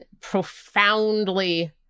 profoundly